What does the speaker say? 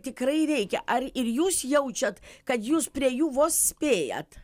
tikrai reikia ar ir jūs jaučiat kad jūs prie jų vos spėjat